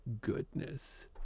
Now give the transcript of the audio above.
goodness